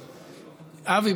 אבי,